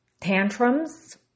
tantrums